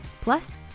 Plus